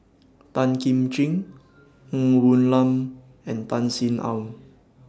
Tan Kim Ching Ng Woon Lam and Tan Sin Aun